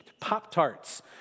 Pop-Tarts